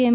એમ